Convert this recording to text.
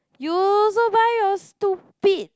you also buy you are stupid